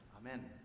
amen